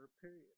period